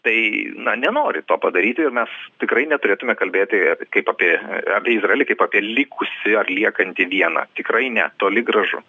tai na nenori to padaryti ir mes tikrai neturėtume kalbėti kaip apie apie izraelį kaip apie likusį ar liekantį vieną tikrai ne toli gražu